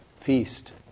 feast